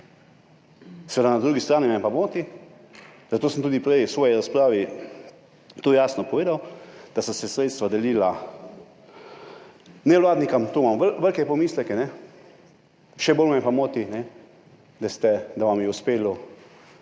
Na drugi strani me pa moti, zato sem tudi prej v svoji razpravi to jasno povedal, da so se sredstva delila nevladnikom. Tu imam velike pomisleke. Še bolj me pa moti, da vam je uspelo